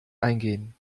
eingehen